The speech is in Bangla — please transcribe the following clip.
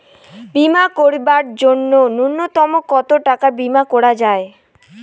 বীমা করিবার জন্য নূন্যতম কতো টাকার বীমা করা যায়?